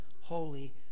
holy